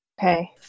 Okay